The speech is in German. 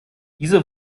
diese